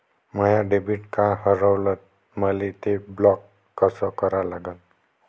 माय debit card हारवलं, मले ते ब्लॉक कस करा लागन?